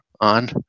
on